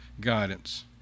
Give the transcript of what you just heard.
guidance